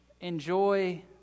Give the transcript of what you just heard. Enjoy